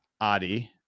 Adi